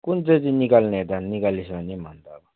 कुन चाहिँ चाहिँ निकाल्ने त अब निकालिस् भने नि अन्त अब